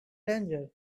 danger